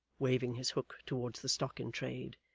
waving his hook towards the stock-in-trade.